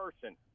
person